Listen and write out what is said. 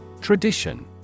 Tradition